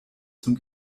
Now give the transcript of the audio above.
zum